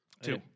two